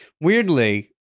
weirdly